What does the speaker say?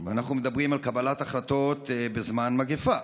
אנחנו מדברים על קבלת החלטות בזמן מגפה.